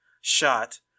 shot